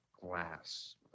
glass